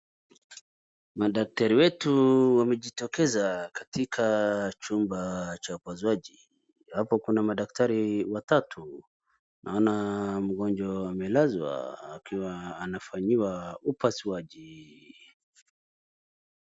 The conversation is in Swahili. Madaktari wetu wamejitokeza katika vhmba cha upasuaji. Hapa kuna madaktari watatu. Naona mgonjwa amelazwa akiwa anafanyiwa upasuaji.